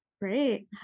Great